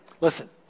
listen